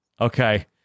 Okay